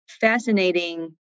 fascinating